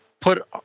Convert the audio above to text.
put